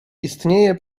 istnieje